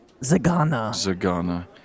Zagana